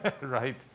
Right